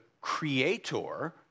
creator